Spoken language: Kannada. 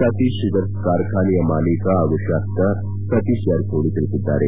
ಸತೀತ್ ಶುಗರ್ಲ್ ಕಾರ್ಖಾನೆಯ ಮಾಲೀಕ ಹಾಗೂ ಶಾಸಕ ಸತೀತ ಜಾರಕಿಹೊಳಿ ತಿಳಿಸಿದ್ದಾರೆ